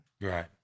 Right